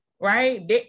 right